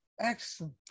Excellent